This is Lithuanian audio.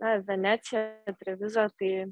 na veneciją į trevizo kai